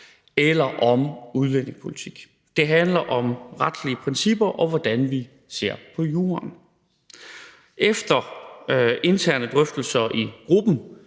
eller udlændingepolitik. Det handler om retlige principper og om, hvordan vi ser på juraen. En del af de interne drøftelser i mit